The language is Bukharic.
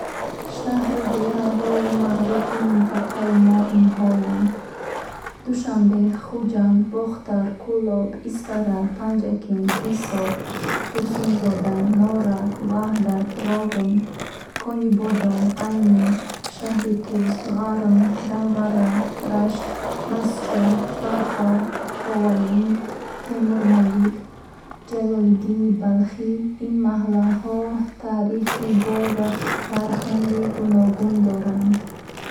Шаҳру деҳаҳои маъруфи минтақаи мо инҳоянд Душанбе, Хуҷанд, Бохтар, Кӯлоб, Исфара, Панҷакент, Ҳисор Турсунзода, Норак, Ваҳдат, Роғун, Конибодом, Айни, Шаҳритус, Ғарм, Данғара, Рашт, Мастчоҳ, Фархор, Ховалинг, Темурмалик, Ҷалолиддини Балхи. Ин маҳалҳо таърихи бой ва фарҳанги гуногун доранд